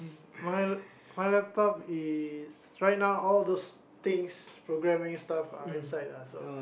my my laptop is right now all those things programming stuff are inside ah so